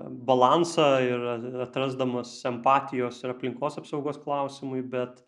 balansą ir atrasdamas empatijos ir aplinkos apsaugos klausimui bet